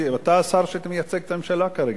אתה השר שמייצג את הממשלה כרגע,